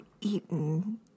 eaten